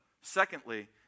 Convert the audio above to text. secondly